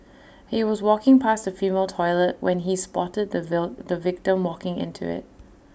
he was walking past the female toilet when he spotted the view the victim walking into IT